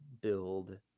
build